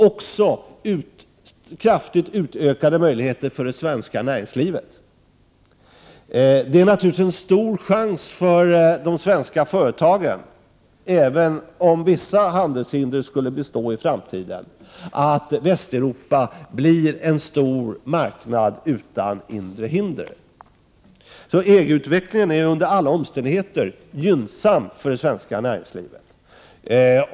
1988/89:129 den fortgående integrationen i Västeuropa att skapa kraftigt utökade möjligheter för också det svenska näringslivet. svenska näringslivet.